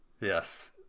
Yes